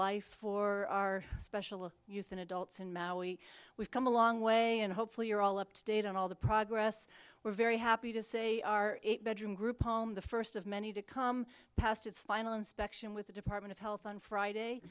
life for our special use in adults in maui we've come a long way and hopefully you're all up to date on all the progress we're very happy to say our bedroom group home the first of many to come past its final inspection with the department of health on friday